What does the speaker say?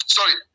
Sorry